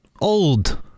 old